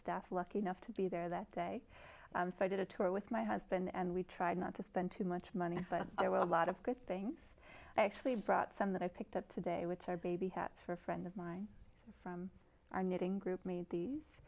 staff lucky enough to be there that day so i did a tour with my husband and we tried not to spend too much money but there were a lot of good things i actually brought some that i picked up today which are baby hats for a friend of mine from our knitting group made these